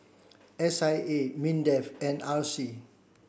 S I A MINDEF and R C